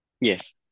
yes